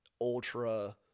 ultra